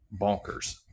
bonkers